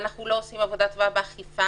ואנחנו לא עושים עבודה טובה באכיפה,